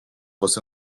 você